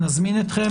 נזמין אתכם.